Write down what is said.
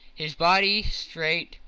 his body straight,